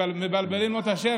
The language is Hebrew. מבלבלים לו את השם,